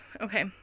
Okay